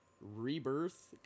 rebirth